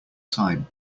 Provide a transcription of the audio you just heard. time